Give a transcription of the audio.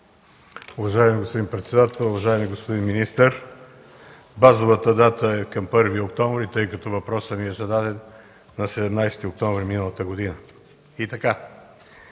Уважаеми господин председател, уважаеми господин министър! Базовата дата е 1 октомври, тъй като въпросът ми е зададен на 17 октомври миналата година. Уважаеми